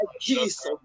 Jesus